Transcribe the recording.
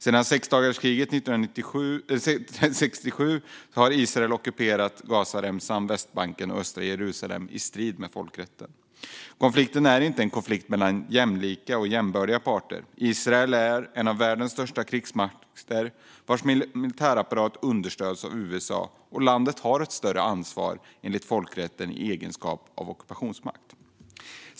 Sedan sexdagarskriget 1967 har Israel ockuperat Gazaremsan, Västbanken och östra Jerusalem i strid med folkrätten. Konflikten är inte en konflikt mellan jämlika och jämbördiga parter. Israel är en av världens största krigsmakter vars militärapparat understöds av USA, och landet har enligt folkrätten ett större ansvar i egenskap av ockupationsmakt.